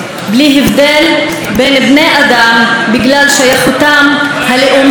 בלי הבדל בין בני אדם בגלל שייכותם הלאומית,